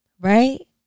Right